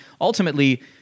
ultimately